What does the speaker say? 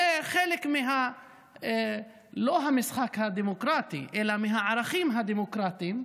זה חלק לא מהמשחק הדמוקרטי אלא מהערכים הדמוקרטיים,